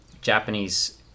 Japanese